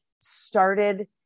started